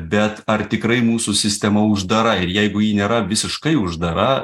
bet ar tikrai mūsų sistema uždara ir jeigu ji nėra visiškai uždara